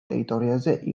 ტერიტორიაზე